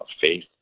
faith